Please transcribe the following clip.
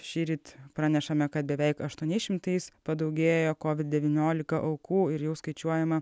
šįryt pranešame kad beveik aštuoniais šimtais padaugėjo covid devyniolika aukų ir jau skaičiuojama